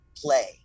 play